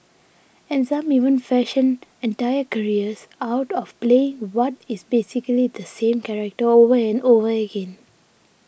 and some even fashion entire careers out of playing what is basically the same character over and over again